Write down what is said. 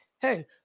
hey